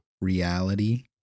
reality